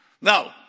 No